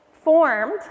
formed